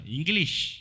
English